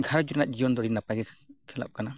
ᱜᱷᱟᱨᱚᱸᱡᱽ ᱨᱮᱭᱟᱜ ᱡᱤᱭᱚᱱ ᱫᱚ ᱟᱹᱰᱤ ᱱᱟᱯᱟᱭ ᱜᱮ ᱥᱮᱱᱚᱜ ᱠᱟᱱᱟ